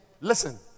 Listen